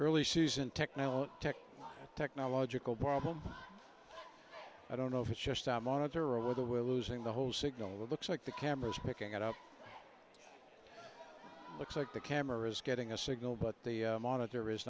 as early season technology tech technological problem i don't know if it's just a monitor over there we're losing the whole signal looks like the camera is picking it up looks like the camera is getting a signal but the monitor is